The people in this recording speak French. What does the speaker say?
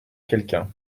quelqu’un